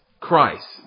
Christ